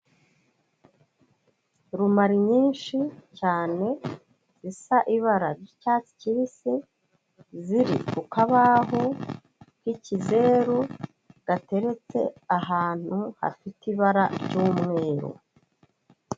Rumari nyinshi cyane zisa ibara ry'icyatsi kibisi, ziri ku kabaho k'ikizeru, gateretse ahantu hafite ibara ry'umweru.